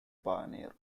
pioneer